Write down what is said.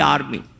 Army